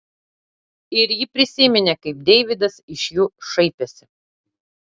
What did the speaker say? ir ji prisiminė kaip deividas iš jų šaipėsi